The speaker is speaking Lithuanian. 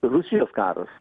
rusijos karas